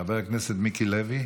איננו, חבר הכנסת מיקי לוי.